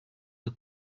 ati